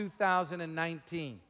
2019